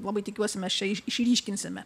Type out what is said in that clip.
labai tikiuosi mes čia išryškinsime